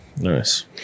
Nice